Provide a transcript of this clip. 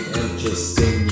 interesting